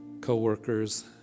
co-workers